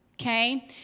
okay